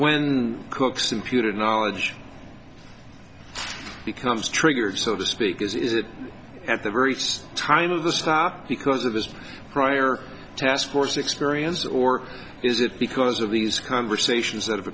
when cook's imputed knowledge becomes triggered so to speak is it at the very first time of the stop because of his prior taskforce experience or is it because of these conversations that have